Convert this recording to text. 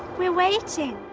we're waiting.